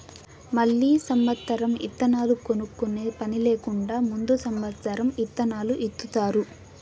మళ్ళీ సమత్సరం ఇత్తనాలు కొనుక్కునే పని లేకుండా ముందు సమత్సరం ఇత్తనాలు ఇత్తుతారు